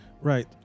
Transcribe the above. Right